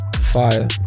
Fire